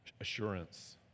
assurance